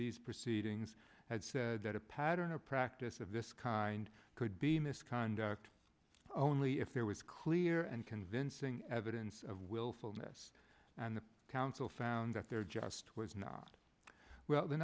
these proceedings had said that a pattern of practice of this kind could be misconduct only if there was clear and convincing evidence of willfulness and the council found that there just was not well the